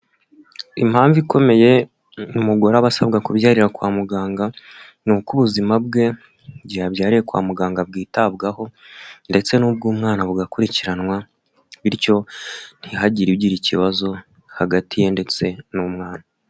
Impamvu ikomeye umugore aba asabwa kubyarira kwa muganga, ni uko ubuzima bwe igihe abyariye kwa muganga bwitabwaho ndetse n'ubw'umwana bugakurikiranwa, bityo ntihagire ugira ikibazo hagati ye ndetse n'umwana.